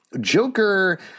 Joker